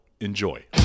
Enjoy